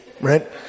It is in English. right